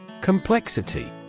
Complexity